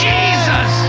Jesus